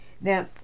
Now